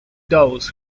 those